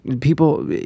People